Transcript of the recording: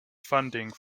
funding